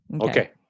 Okay